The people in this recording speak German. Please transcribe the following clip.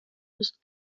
nicht